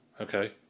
Okay